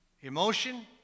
emotion